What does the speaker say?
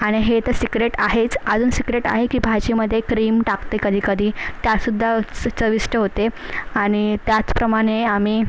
आणि हे तर सीक्रेट आहेच अजून सीक्रेट आहे की भाजीमधे क्रीम टाकते कधीकधी त्यासुद्धा च चविष्ट होते आणि त्याचप्रमाणे आम्ही